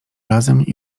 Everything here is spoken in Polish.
razem